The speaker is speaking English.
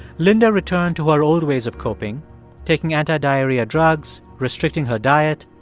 linda returned to her old ways of coping taking anti-diarrhea drugs, restricting her diet,